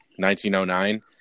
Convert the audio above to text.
1909